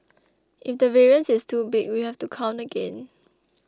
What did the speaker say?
if the variance is too big we have to count again